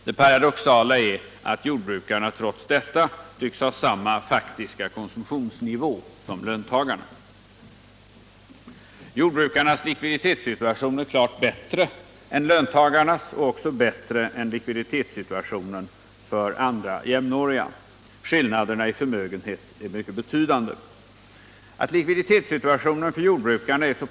Det paradoxala är att jordbrukarna trots detta tycks Nr 38 ha samma faktiska konsumtionsnivå som löntagarna. Jordbrukarnas likviditetssituation är klart bättre än löntagarnas och också bättre än likviditetssituationen för andra jämnåriga. Skillnaderna i förmögenhet är mycket betydande. Att likviditetssituationen för jordbrukarna är så !